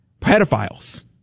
pedophiles